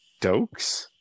Dokes